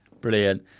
Brilliant